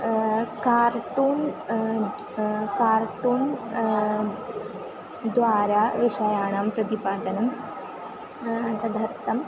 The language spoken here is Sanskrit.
कार्टून् कार्टून् द्वारा विषयाणां प्रतिपादनं तदर्थम्